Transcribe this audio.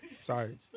sorry